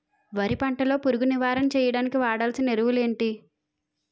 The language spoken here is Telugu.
వరి పంట లో పురుగు నివారణ చేయడానికి వాడాల్సిన ఎరువులు ఏంటి?